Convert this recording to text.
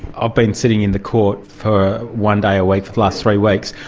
ah been sitting in the court for one day a week for the last three weeks,